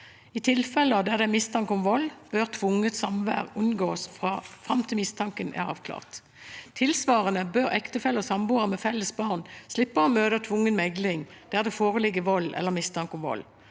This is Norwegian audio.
I tilfeller der det er mistanke om vold, bør tvungent samvær unngås fram til mistanken er avklart. Tilsvarende bør ektefeller og samboere med felles barn slippe å møte til tvungen mekling der det foreligger vold eller mistanke om vold.